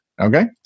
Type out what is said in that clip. okay